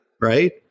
right